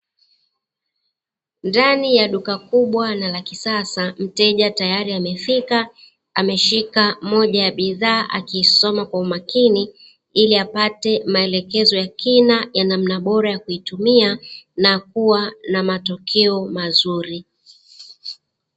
Ndani ya duka kubwa na lakisasa, mteja tayari amefika akishika moja ya bidhaa, akisoma kwa umakini ili apate maelekezo ya kina ya namna bora ya kuitumia na kuwa na matokeo mazuri.